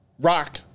Rock